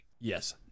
yes